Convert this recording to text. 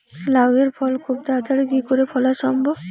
লাউ এর ফল খুব তাড়াতাড়ি কি করে ফলা সম্ভব?